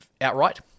outright